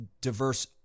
diverse